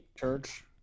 Church